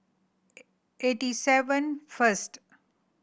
eighty seven first